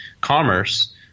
commerce